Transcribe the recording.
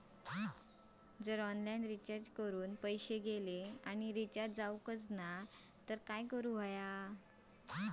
जर online recharge करून पैसे गेले आणि रिचार्ज जावक नाय तर काय करूचा?